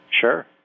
Sure